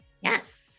Yes